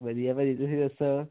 ਵਧੀਆ ਭਾਅ ਜੀ ਤੁਸੀਂ ਦੱਸੋ